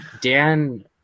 Dan